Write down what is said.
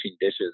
dishes